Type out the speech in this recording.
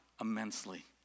immensely